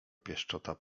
pieszczota